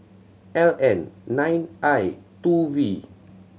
L N nine I two V